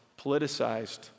politicized